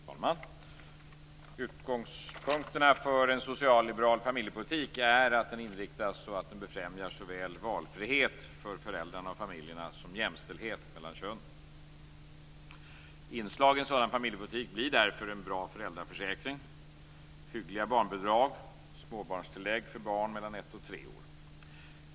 Fru talman! Utgångspunkterna för en socialliberal familjepolitik är att den inriktas så att den främjar såväl valfrihet för föräldrarna och familjerna som jämställdhet mellan könen. Inslagen i en sådan familjepolitik blir därför en bra föräldraförsäkring, hyggliga barnbidrag och småbarnstillägg för barn som är mellan ett och tre år gamla.